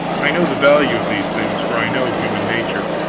i know the value of these things, for i know human nature.